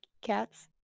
cats